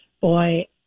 Boy